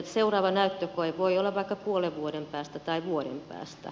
seuraava näyttökoe voi olla vaikka puolen vuoden päästä tai vuoden päästä